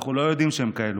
שאנחנו לא יודעים שהם כאלה,